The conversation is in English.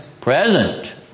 Present